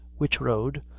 which road,